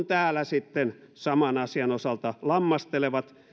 täällä sitten saman asian osalta lammastelevat